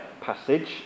passage